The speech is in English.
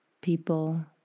people